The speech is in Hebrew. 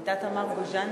הייתה תמר גוז'נסקי.